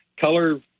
color